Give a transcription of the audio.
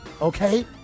okay